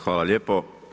Hvala lijepo.